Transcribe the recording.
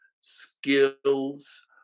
skills